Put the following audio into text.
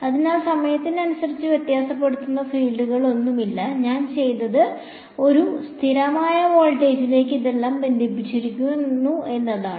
അതിനാൽ സമയത്തിനനുസരിച്ച് വ്യത്യാസപ്പെടുന്ന ഫീൽഡുകളൊന്നുമില്ല ഞാൻ ചെയ്തത് ഒരു സ്ഥിരമായ വോൾട്ടേജിലേക്ക് ഇതെല്ലാം ബന്ധിപ്പിച്ചിരിക്കുന്നു എന്നതാണ്